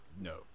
No